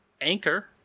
Anchor